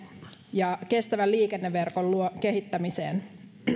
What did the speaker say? ja kestävän liikenneverkon kehittämiseen